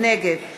נגד